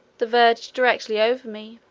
the verge directly over me,